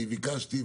אני ביקשתי,